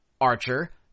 Archer